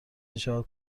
میشود